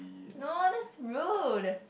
no that's rude